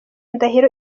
ndahiro